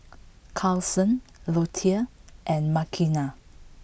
Carsen Lottie and Makena